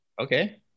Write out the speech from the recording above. Okay